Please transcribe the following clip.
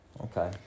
okay